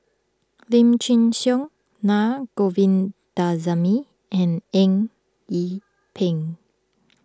Lim Chin Siong Naa Govindasamy and Eng Yee Peng